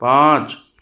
पाँच